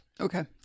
Okay